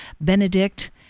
Benedict